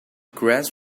grass